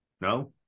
No